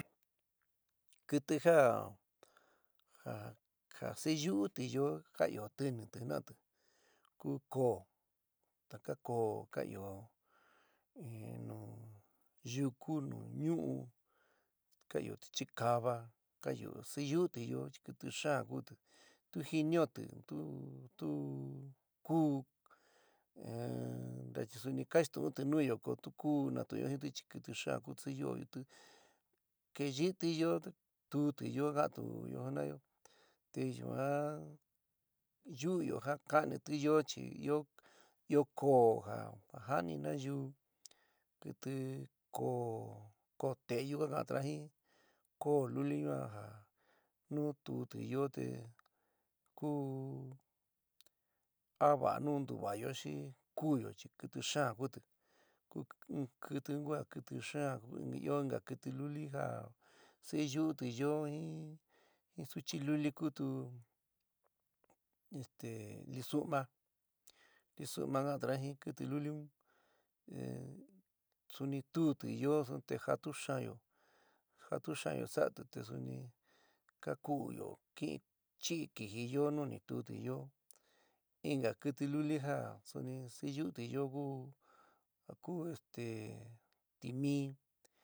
Kɨtɨ ja ja ja siyu'utɨ yoó ka ɨó tɨnitɨ jina'ati ku ko'o taka ko'o ka ɨó nu yuku, nu ñuu. ka ɨóti chi kava, ka yuu siyu'uti yoó chi kɨtɨ xaan kutɨ tu jiniótɨ tu tu ku na chi suni kainstu'unti nuyo ko tu ku natuúnyo jintɨ chi kɨtɨ xaán kutɨ siyuóti, ke yɨítɨ yo. tuúti yoó ka ka'antuyo jina'ayo te yuan yu'uyo ja ka'anitɨ yoó chi ɨó ɨó koó ja ja'ani nayuú kiti koó koó te'eyu ka kantuna jin koó luli yuan ja nu tuúti yo te ku a vaa nu ntuva'ayo xi kuúyo chi kɨtɨ xaán kutɨ in kɨtɨ un kua kɨtɨ xaán kú, suni ɨó inka kɨtɨ luli ja siiyu'utɨ yo jin suchi luli kutu este lisu'uma lisu'uma ka'antuna jin kɨtɨ luli, suni tuúti yoó suni te jatu xaányo jatu xaányo sa'atɨ te suni ka ku u'uyo, kin chií kɨjí yo nuni tuúti yoó, inka kɨtɨ luli ja suni si yu'utɨ yoó ku jakú este timí.